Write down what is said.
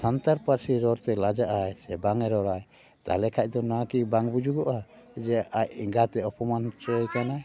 ᱥᱟᱱᱛᱟᱲ ᱯᱟᱹᱨᱥᱤ ᱨᱚᱲ ᱛᱮᱭ ᱞᱟᱡᱟᱜᱽ ᱟᱭ ᱥᱮ ᱵᱟᱝᱼᱮ ᱨᱚᱲᱟ ᱛᱟᱦᱚᱞᱮ ᱠᱷᱟᱱ ᱠᱤ ᱱᱚᱣᱟ ᱫᱚ ᱵᱟᱝ ᱵᱩᱡᱩᱜᱚᱜᱼᱟ ᱡᱮ ᱟᱡ ᱮᱸᱜᱟᱛᱮ ᱚᱯᱚᱢᱟᱱ ᱚᱪᱚᱭᱮ ᱠᱟᱱᱟᱭ